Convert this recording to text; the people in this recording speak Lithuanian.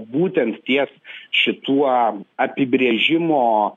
būtent ties šituo apibrėžimo